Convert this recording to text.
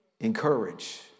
encourage